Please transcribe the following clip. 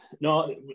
no